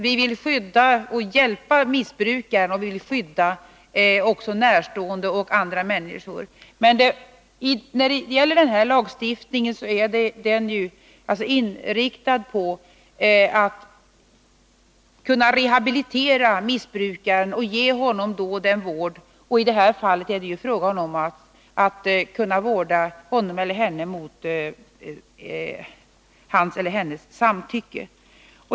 Vi vill skydda och hjälpa missbrukaren och skydda också närstående och andra människor. Men lagstiftningen är inriktad på rehabilitering och vård av missbrukaren och på att man skall kunna vårda honom eller henne mot hans eller hennes samtycke.